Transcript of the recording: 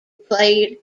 played